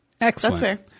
excellent